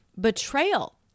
betrayal